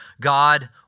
God